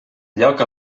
lloc